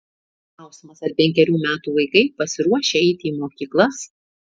klausimas ar penkerių metų vaikai pasiruošę eiti į mokyklas